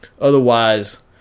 Otherwise